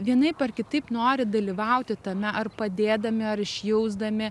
vienaip ar kitaip nori dalyvauti tame ar padėdami ar išjausdami